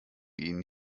ihnen